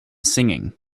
singing